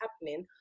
happening